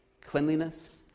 cleanliness